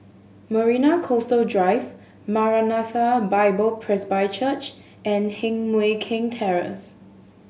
Marina Coastal Drive Maranatha Bible Presby Church and Heng Mui Keng Terrace